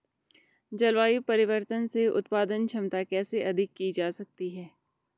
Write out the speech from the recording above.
जलवायु परिवर्तन से उत्पादन क्षमता कैसे अधिक की जा सकती है?